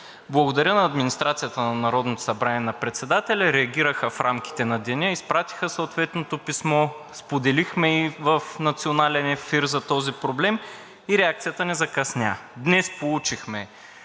Благодаря на администрацията на Народното събрание и на председателя, реагираха в рамките на деня, изпратиха съответното писмо, споделихме и в национален ефир за този проблем и реакцията не закъсня. Днес получихме